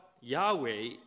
Yahweh